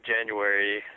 January